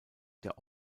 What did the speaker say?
der